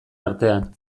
artean